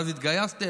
ואז התגייסתי,